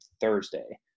Thursday